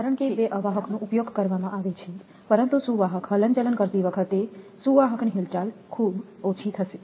કારણકે બે અવાહકનો ઉપયોગ કરવામાં આવે છે પરંતુ સુવાહક હલનચલન કરતી વખતે અમારી સુવાહક ની હિલચાલ ખૂબ ઓછી થશે